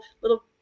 little